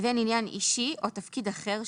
תפקידו בוועדה לבין עניין אישי או תפקיד אחר,